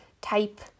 type